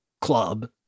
club